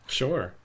sure